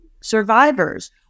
Survivors